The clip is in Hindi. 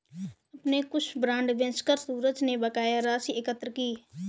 अपने कुछ बांड बेचकर सूरज ने बकाया राशि एकत्र की